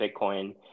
Bitcoin